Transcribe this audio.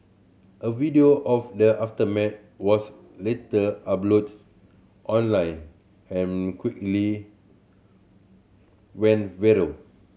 a video of the aftermath was later uploaded online and quickly went viral